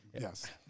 Yes